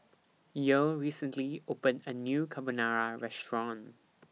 Yael recently opened A New Carbonara Restaurant